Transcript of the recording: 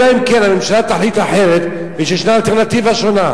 אלא אם כן הממשלה תחליט אחרת ושישנה אלטרנטיבה שונה.